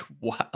wow